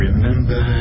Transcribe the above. Remember